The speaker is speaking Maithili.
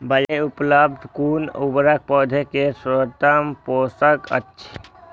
बाजार में उपलब्ध कुन उर्वरक पौधा के सर्वोत्तम पोषक अछि?